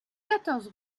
quatorze